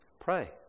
Pray